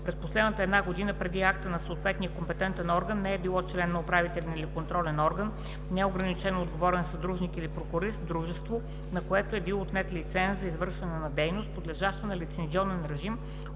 през последната една година преди акта на съответния компетентен орган не е било член на управителен или контролен орган, неограничено отговорен съдружник или прокурист в дружество, на което е бил отнет лиценз за извършване на дейност, подлежаща на лицензионен режим,